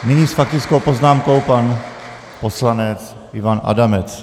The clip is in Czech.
Nyní s faktickou poznámkou pan poslanec Ivan Adamec.